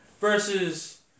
versus